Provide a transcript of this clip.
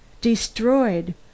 destroyed